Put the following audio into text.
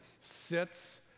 sits